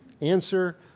answer